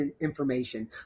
information